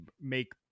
make